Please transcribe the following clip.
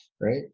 right